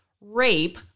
rape